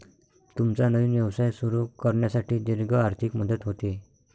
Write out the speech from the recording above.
तुमचा नवीन व्यवसाय सुरू करण्यासाठी दीर्घ आर्थिक मदत होते